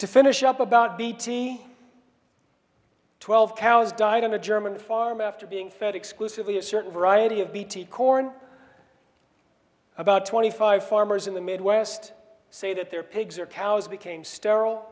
to finish up about beaty twelve cows died on a german farm after being fed exclusively a certain variety of bt corn about twenty five farmers in the midwest say that their pigs or cows became sterile